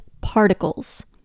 particles